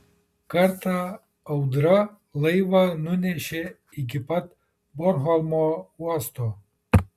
kartą audra laivą nunešė iki pat bornholmo uosto